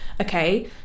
Okay